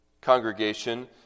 congregation